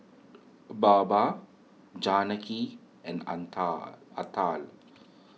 Baba Janaki and Anta Atal